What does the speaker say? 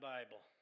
Bible